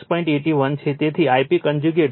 81 છે તેથી Ip conjugate 6